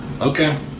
Okay